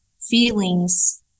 feelings